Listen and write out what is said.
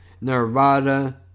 Nevada